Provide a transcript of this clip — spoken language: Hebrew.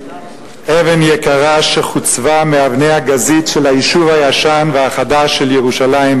אבן יקרה שחוצבה מאבני הגזית של היישוב הישן והחדש של ירושלים,